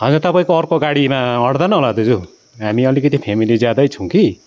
हजुर तपाईँको अर्को गाडीमा आँट्दैन होला दाजु हामी अलिकति फेमिली ज्यादै छौँ कि